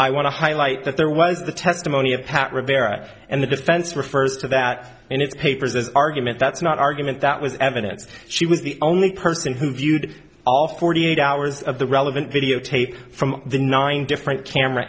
i want to highlight that there was the testimony of pat rivera and the defense refers to that in its papers as argument that's not argument that was evidence she was the only person who viewed all forty eight hours of the relevant videotape from the nine different camera